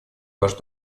ваш